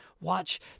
Watch